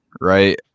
right